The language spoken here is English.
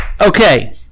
Okay